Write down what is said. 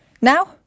Now